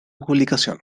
publicación